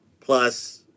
plus